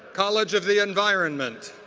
college of the environment.